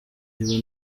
iba